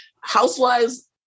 housewives